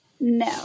no